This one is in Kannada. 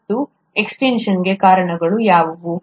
ಮತ್ತು ಎಕ್ಸ್ಟಿನ್ ಕ್ಷಣ್ಗೆ ಕಾರಣಗಳು ಯಾವುವು